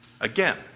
Again